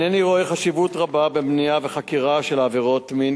הנני רואה חשיבות רבה במניעה וחקירה של עבירות מין